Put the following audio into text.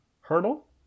Hurdle